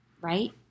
right